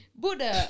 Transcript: Buddha